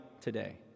today